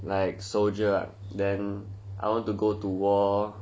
be like a soldier then I want to go to war